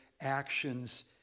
actions